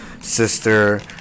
sister